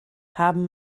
haben